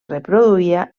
reproduïa